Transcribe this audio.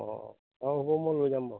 অঁ অঁ অঁ হ'ব মই লৈ যাম বাৰু